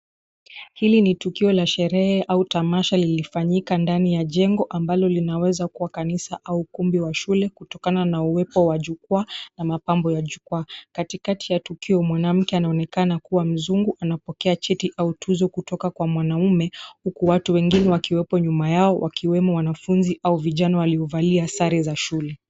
Hili ni tukio la sherehe au tamasha lilifanyika ndani ya jengo ambalo linaweza kuwa kanisa au ukumbi wa shule kutokana na uwepo wa jukwaa na mapambo ya jukwaa ,katikati ya tukio mwanamke anaonekana kuwa mzungu anapokea cheti au tuzo kutoka kwa mwanaume huku watu wengine wakiwepo nyuma yao wakiwemo wanafunzi au vijana waliovalia sare za shule.